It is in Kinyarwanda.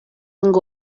ngo